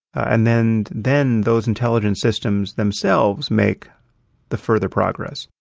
and then then those intelligent systems themselves make the further progress.